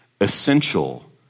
essential